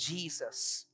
Jesus